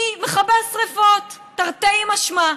היא מכבה שרפות, תרתי משמע.